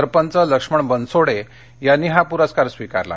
सरपंच लक्ष्मण बनसोडे यांनी हा पुरस्कार स्वीकारला